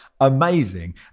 amazing